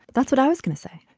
that's what i was going to say.